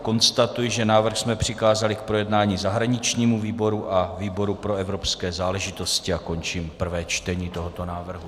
Konstatuji, že návrh jsme přikázali k projednání zahraničnímu výboru a výboru pro evropské záležitosti, a končím prvé čtení tohoto návrhu.